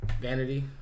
Vanity